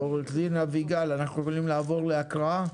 עורכת הדין אביגל, אנחנו יכולים לעבור להקראה?